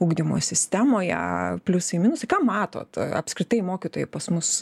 ugdymo sistemoje pliusai minusai ką matot apskritai mokytojai pas mus